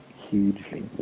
hugely